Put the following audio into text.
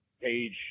page